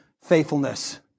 faithfulness